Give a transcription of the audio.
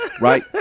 right